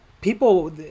People